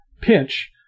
pitch